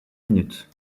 minutes